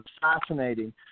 fascinating